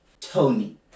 Tony